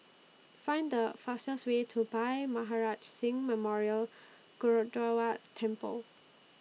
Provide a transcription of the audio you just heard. Find The fastest Way to Bhai Maharaj Singh Memorial Gurdwara Temple